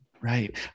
right